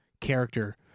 character